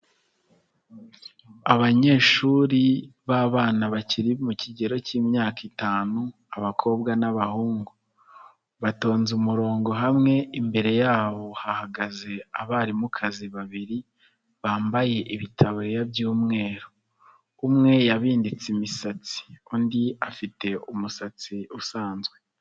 Abanyeshuri b'abana bakiri mu kigero cy'imyaka itanu, abakobwa n'abahungu batonze umurongo hamwe imbere yabo hahagaze abarimukazi babiri bambaye ibitaburiya by'umweru, umwe yabinditse imisatsi, undi afite umusatsi usanzwe.